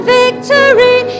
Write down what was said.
victory